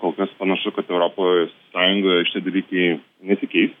kol kas panašu kad europos sąjungoj šitie dalykai nesikeis